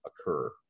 occur